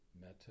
metta